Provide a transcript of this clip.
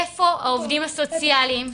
איפה העובדים הסוציאליים?